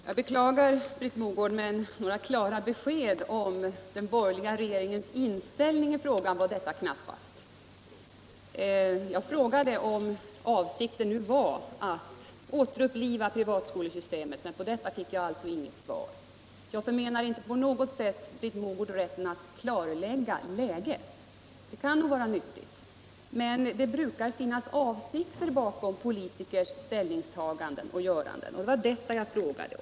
Herr talman! Jag beklagar, Britt Mogård, men några klara besked om den borgerliga regeringens inställning i frågan var detta knappast. Jag frågade om avsikten nu var att återuppliva privatskolesystemet, men på Nr 43 detta fick jag alltså inget svar. Jag förmenar inte på något sätt Britt Mogård Torsdagen den rätten att klarlägga läget — det kan nog vara nyttigt — men det brukar 8 december 1977 finnas avsikter bakom politikers ställningstaganden och göranden, och I det var detta jag frågade om.